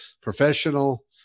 professional